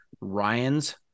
Ryan's